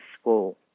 school